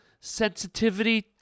sensitivity